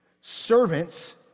Servants